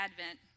Advent